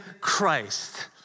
Christ